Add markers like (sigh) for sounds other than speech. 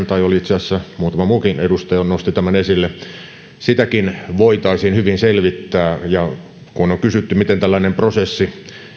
(unintelligible) tai itse asiassa muutama muukin edustaja nosti tämän esille tätä kansalaispalvelusasiaakin voitaisiin hyvin selvittää ja kun on kysytty miten tällainen prosessi